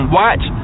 watch